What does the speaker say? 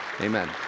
Amen